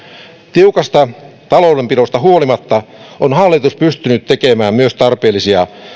tiukasta taloudenpidosta huolimatta on hallitus pystynyt tekemään myös tarpeellisia